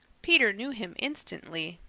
peter knew him instantly.